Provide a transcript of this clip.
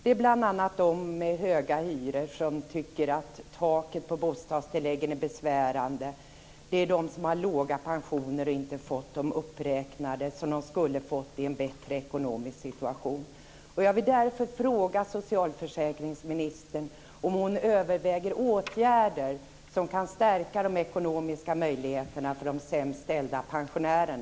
Det är bl.a. de med höga hyror, som tycker att taken på bostadstilläggen är besvärande. Det är också de som har låga pensioner och inte har fått dem uppräknade, vilket de skulle ha fått i en bättre ekonomisk situation.